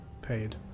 Paid